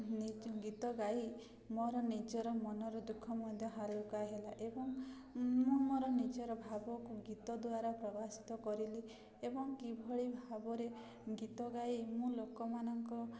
ଗୀତ ଗାଇ ମୋର ନିଜର ମନର ଦୁଃଖ ମଧ୍ୟ ହାଲୁକା ହେଲା ଏବଂ ମୁଁ ମୋର ନିଜର ଭାବକୁ ଗୀତ ଦ୍ୱାରା ପ୍ରବାଭିତ କରିଲି ଏବଂ କିଭଳି ଭାବରେ ଗୀତ ଗାଇ ମୁଁ ଲୋକମାନଙ୍କ